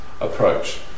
approach